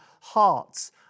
hearts